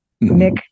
Nick